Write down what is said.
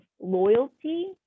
loyalty